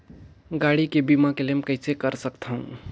गाड़ी के बीमा क्लेम कइसे कर सकथव?